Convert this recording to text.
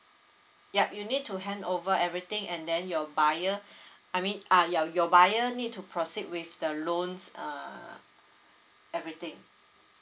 yup you need to hand over everything and then your buyer I mean ah ya your buyer need to proceed with the loans err everything